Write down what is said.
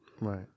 Right